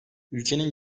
ülkenin